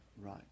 Right